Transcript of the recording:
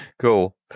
Cool